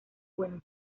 buenos